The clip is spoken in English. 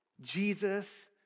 Jesus